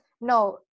No